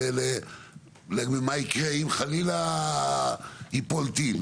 מה יקרה אם חלילה ייפול טיל.